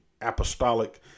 apostolic